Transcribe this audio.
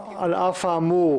לתקנון,